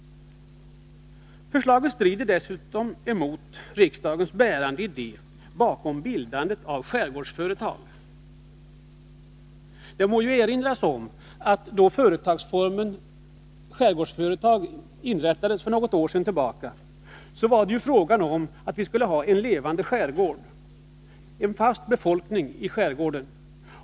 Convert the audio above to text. Förslaget strider dessutom emot riksdagens bärande idé bakom bildandet av skärgårdsföretag. Det må erinras om att då företagsformen skärgårdsföretag inrättades för något år sedan, var meningen att vi skulle få en levande skärgård och en fast befolkning i skärgården.